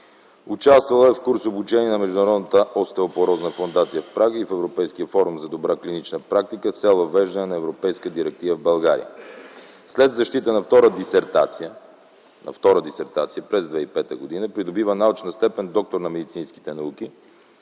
Участвала е в курс-обучение на Международната остеопорозна фондация в Прага и в Европейския форум за добра клинична практика с цел въвеждане на Европейска директива в България. След защита на втора дисертация през 2005 г. придобива научна степен „доктор на медицинските науки”,